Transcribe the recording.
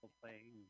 playing